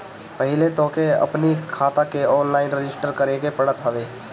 पहिले तोहके अपनी खाता के ऑनलाइन रजिस्टर करे के पड़त हवे